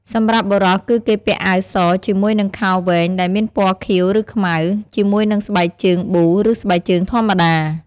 សម្រាប់បុរសគឺគេពាក់អាវសជាមួយនិងខោវែងដែលមានពណ៌ខៀវឬខ្មៅ ជាមួយនិងស្បែកជើងប៊ូ ឬស្បែកជើងធម្មតា។